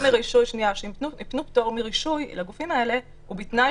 שהם יתנו פטור מרישוי לגופים האלה בתנאי